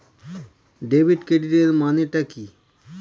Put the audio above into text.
Debit ক্রেডিটের মানে টা কি?